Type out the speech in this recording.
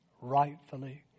Rightfully